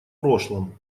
прошлом